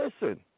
Listen